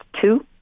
two